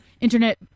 internet